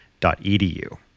edu